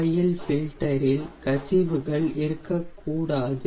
oil ஃபில்டரில் கசிவுகள் இருக்க கூடாது